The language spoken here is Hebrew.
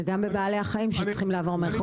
וגם בבעלי החיים שצריכים לעבור מרחק.